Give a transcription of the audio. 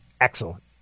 excellent